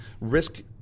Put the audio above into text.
risk